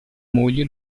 moglie